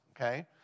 okay